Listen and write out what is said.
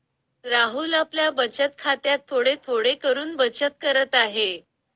राहुल आपल्या बचत खात्यात थोडे थोडे करून बचत करत आहे